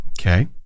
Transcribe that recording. Okay